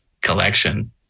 collection